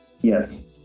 Yes